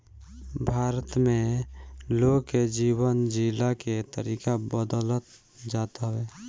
भारत में लोग के जीवन जियला के तरीका बदलत जात हवे